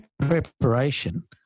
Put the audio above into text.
preparation